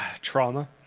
trauma